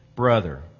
Brother